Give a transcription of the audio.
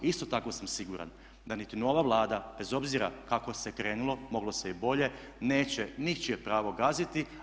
Isto tako sam siguran da niti nova Vlada bez obzira kako se krenulo, moglo se i bolje, neće ničije pravo gaziti.